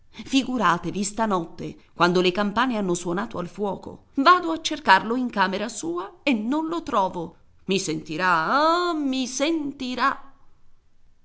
figuratevi stanotte quando le campane hanno suonato al fuoco vado a cercarlo in camera sua e non lo trovo mi sentirà